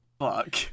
Fuck